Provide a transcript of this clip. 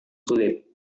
sulit